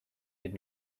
did